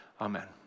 Amen